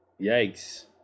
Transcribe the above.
yikes